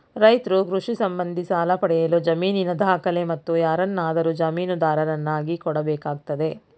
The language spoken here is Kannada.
ರೈತ್ರು ಕೃಷಿ ಸಂಬಂಧಿ ಸಾಲ ಪಡೆಯಲು ಜಮೀನಿನ ದಾಖಲೆ, ಮತ್ತು ಯಾರನ್ನಾದರೂ ಜಾಮೀನುದಾರರನ್ನಾಗಿ ಕೊಡಬೇಕಾಗ್ತದೆ